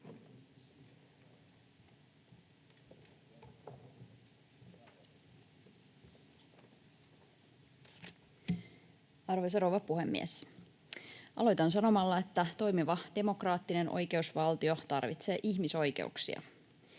Arvoisa rouva puhemies! Aloitan sanomalla, että toimiva demokraattinen oikeusvaltio tarvitsee ihmisoikeuksia.